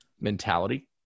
mentality